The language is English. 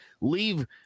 leave